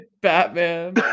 batman